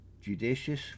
Judicious